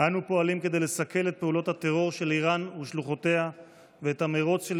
אנו פועלים כדי לסכל את פעולות הטרור של איראן ושלוחותיה ואת המרוץ של